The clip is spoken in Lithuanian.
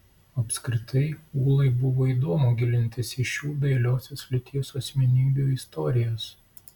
apskritai ūlai buvo įdomu gilintis į šių dailiosios lyties asmenybių istorijas